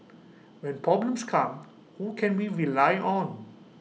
when problems come who can we rely on